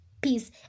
Peace